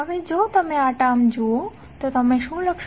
હવે જો તમે આ ટર્મ જુઓ તો તમે શું લખશો